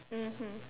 mmhmm